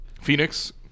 Phoenix